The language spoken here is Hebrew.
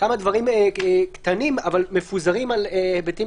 כמה דברים קטנים אבל מפוזרים על היבטים